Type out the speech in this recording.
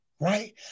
right